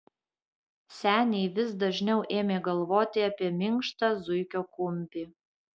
seniai vis dažniau ėmė galvoti apie minkštą zuikio kumpį